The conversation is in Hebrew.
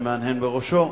שמהנהן בראשו,